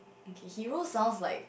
okay hero sounds like